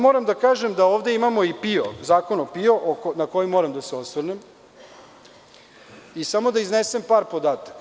Moram da kažem da ovde imamo i Zakon o PIO, na koji moram da se osvrnem i samo da iznesem par podataka.